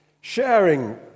sharing